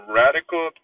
radical